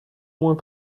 moins